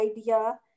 idea